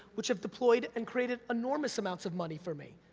which have deployed and created enourmous amounts of money for me.